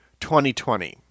2020